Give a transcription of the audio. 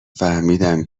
فهمیدم